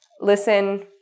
listen